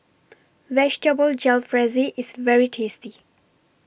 Vegetable Jalfrezi IS very tasty